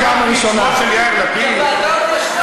האם היושב-ראש יגן עלי?